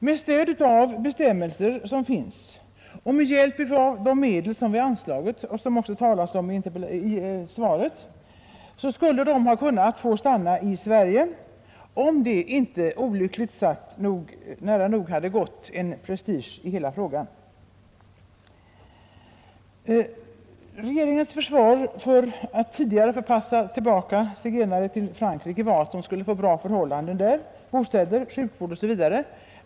Med stöd av bestämmelser som finns och med hjälp av de medel som vi anslagit och som det också talas om i svaret skulle de ha kunnat få stanna i Sverige, om det inte olyckligtvis nära nog hade blivit en prestigefråga av detta ärende. Regeringens försvar när zigenare tidigare förpassades till Frankrike var att de skulle få bra förhållanden där — bostäder, sjukvård osv.